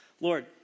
Lord